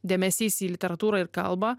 dėmesys į literatūrą ir kalbą